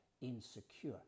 insecure